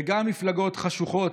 וגם במפלגות "חשוכות",